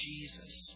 Jesus